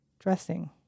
Dressing